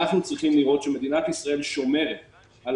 אנחנו צריכים לראות שמדינת ישראל שומרת על